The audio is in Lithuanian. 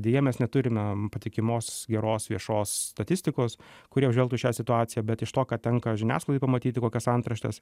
deja mes neturime patikimos geros viešos statistikos kuri apžvelgtų šią situaciją bet iš to ką tenka žiniasklaidoj pamatyti tokias antraštes